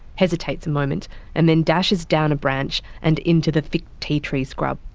hesitates a moment and then dashes down a branch and into the thick tea tree scrub.